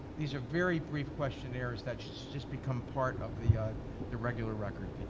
these are very brief questionnaires that should just become part of the the regular record.